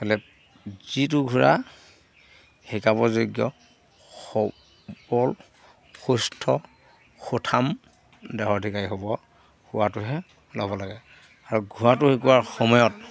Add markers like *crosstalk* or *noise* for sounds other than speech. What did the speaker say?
*unintelligible* যিটো ঘোঁৰা শিকাব যোগ্য সবল সুস্থ সুঠাম দেহৰ অধিকাৰী হ'ব হোৱাটোহে ল'ব লাগে আৰু ঘোঁৰাটো শিকোৱাৰ সময়ত